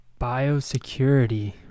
Biosecurity